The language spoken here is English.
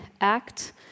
act